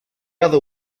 other